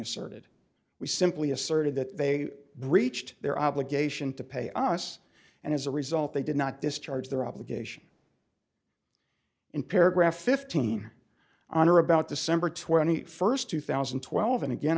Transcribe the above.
asserted we simply asserted that they breached their obligation to pay us and as a result they did not discharge their obligation in paragraph fifteen on or about december twenty first two thousand and twelve and again